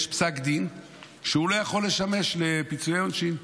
יש פסק דין שהם לא יכולים לשמש לפיצויי עונשין.